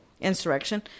insurrection